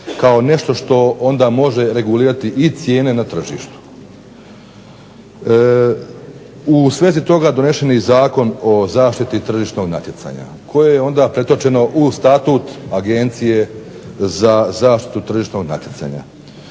kao nešto što onda može regulirati i cijene na tržištu. U svezi toga donesen je i Zakon o zaštiti tržišnog natjecanja, koje je onda pretočeno u statut Agencije za zaštitu tržišnog natjecanja.